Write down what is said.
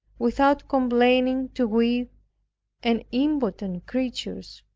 without complaining to weak and impotent creatures,